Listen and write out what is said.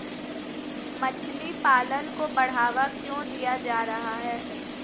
मछली पालन को बढ़ावा क्यों दिया जा रहा है?